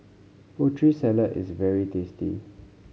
Putri Salad is very tasty